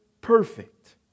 perfect